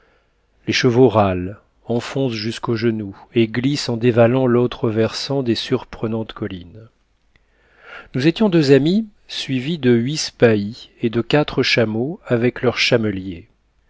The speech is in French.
les chevaux râlent enfoncent jusqu'aux genoux et glissent en dévalant l'autre versant des surprenantes collines nous étions deux amis suivis de huit spahis et de quatre chameaux avec leurs chameliers